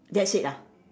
that's it ah